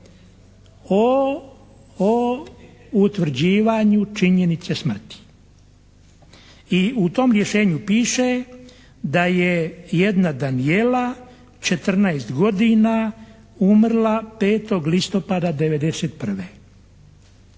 o utvrđivanju činjenice smrti. I u tom rješenju piše da je jedna Danijela, četrnaest godina, umrla 5. listopada '91.